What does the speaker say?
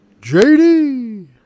JD